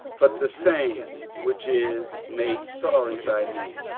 but the same which is made sorry by me?